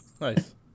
Nice